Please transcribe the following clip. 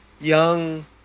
young